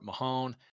Mahone